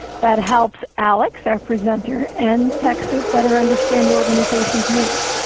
that helps alex our presenter, and techsoup better understand your organization's needs.